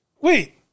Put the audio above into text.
Wait